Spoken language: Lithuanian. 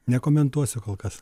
nekomentuosiu kol kas